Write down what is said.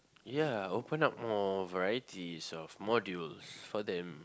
ya open up more varieties of modules for them